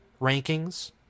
rankings